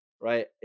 right